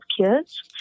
kids